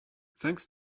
thanks